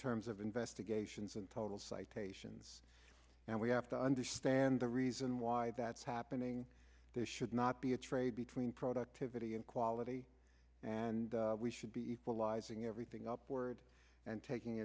terms of investigations and total citations and we have to understand the reason why that's happening there should not be a trade between productivity and quality and we should be equalizing everything upward and taking